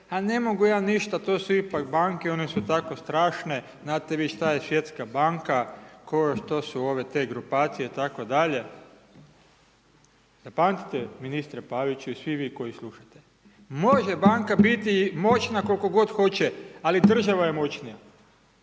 a ne mogu ja ništa, to su ipak banke, one su tako strašne, znate vi šta je svjetska banka, kao što su ove te grupacije itd. jer pamtite ministre Paviću i svi vi koji slušate? Može banka biti moćna koliko god hoće, ali država je moćnija.